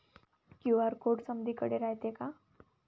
QR code समदीकडे रायतो का?